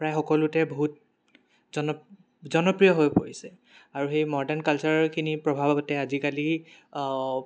প্ৰায় সকলোতে বহুত জন জনপ্ৰিয় হৈ পৰিছে আৰু সেই মডাৰ্ণ কালচাৰখিনিৰ প্ৰভাৱতে আজিকালি